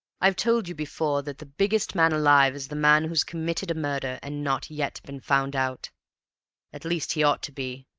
i've told you before that the biggest man alive is the man who's committed a murder, and not yet been found out at least he ought to be,